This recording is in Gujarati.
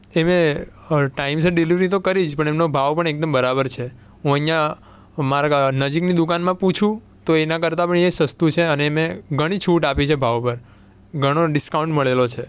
એમણે ટાઇમસર ડિલેવરી તો કરવી જ પડે એમનો ભાવ પણ એકદમ બરાબર છે હું અહીંયા મારા આ નજીકની દુકાનમાં પૂછું તો એના કરતાં પણ એ સસ્તું છે અને મેં ઘણી છૂટ આપી છે ભાવ પર ઘણો ડિસ્કાઉન્ટ મળેલો છે